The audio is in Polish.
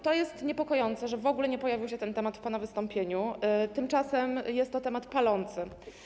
To jest niepokojące, że w ogóle nie pojawił się ten temat w pana wystąpieniu, a tymczasem jest to temat palący.